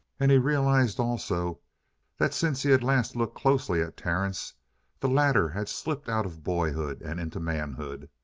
and he realized also that since he had last looked closely at terence the latter had slipped out of boyhood and into manhood.